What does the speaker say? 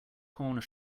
corner